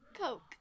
Coke